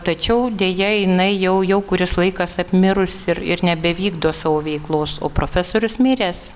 tačiau deja jinai jau jau kuris laikas apmirus ir ir nebevykdo savo veiklos o profesorius miręs